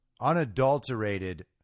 unadulterated